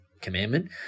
commandment